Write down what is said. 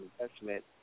investment